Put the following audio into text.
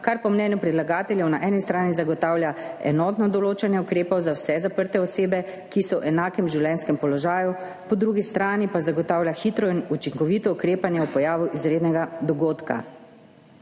kar po mnenju predlagateljev na eni strani zagotavlja enotno določanje ukrepov za vse zaprte osebe, ki so v enakem življenjskem položaju. Po drugi strani pa zagotavlja hitro in učinkovito ukrepanje ob pojavu izrednega dogodka.